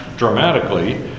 dramatically